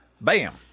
Bam